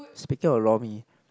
speaking of lor-mee